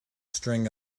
string